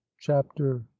chapter